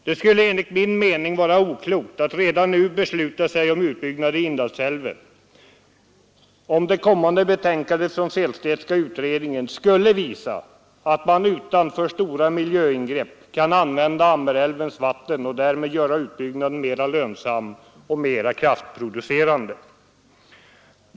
Det skulle enligt min mening vara oklokt att redan nu besluta sig för utbyggnader i Indalsälven, om det kommande betänkandet från Sehlstedtska utredningen skulle visa att man utan alltför stora miljöingrepp kan använda Ammerälvens vatten och därmed göra utbyggnaden mera lönsam och mer kraftproducerande.